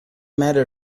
matter